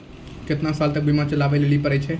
केतना साल तक बीमा चलाबै लेली पड़ै छै?